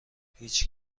هیچ